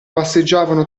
passeggiavano